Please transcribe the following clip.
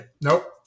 nope